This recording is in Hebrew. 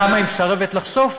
למה היא מסרבת לחשוף?